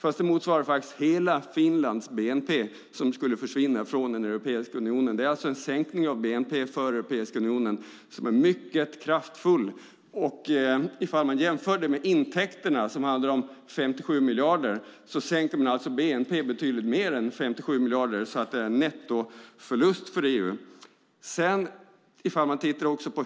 Men det motsvarar att hela Finlands bnp skulle försvinna från Europeiska unionen. Det är en sänkning av bnp för Europeiska unionen som är mycket kraftfull. Om man jämför det med intäkterna, som är 57 miljarder, sänker man bnp med betydligt mer än 57 miljarder. Det blir alltså en nettoförlust för EU.